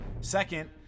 Second